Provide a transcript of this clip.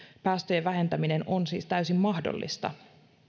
päästöjen vähentäminen on siis täysin mahdollista